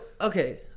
okay